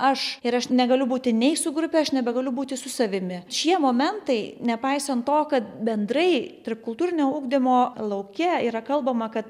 aš ir aš negaliu būti nei su grupe aš nebegaliu būti su savimi šie momentai nepaisant to kad bendrai tarpkultūrinio ugdymo lauke yra kalbama kad